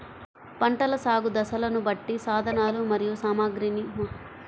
పంటల సాగు దశలను బట్టి సాధనలు మరియు సామాగ్రిని మార్చవలసి ఉంటుందా?